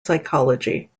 psychology